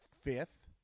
fifth